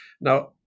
Now